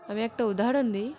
আমি একটা উদাহরণ দিই